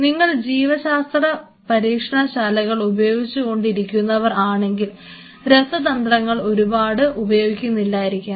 നിങ്ങൾ ജീവശാസ്ത്ര പരീക്ഷണശാലകൾ ഉപയോഗിച്ചുകൊണ്ട് ഇരിക്കുന്നവർ ആണെങ്കിൽ രസതന്ത്രങ്ങൾ ഒരുപാട് ഉപയോഗിക്കുന്നില്ലായിരിക്കും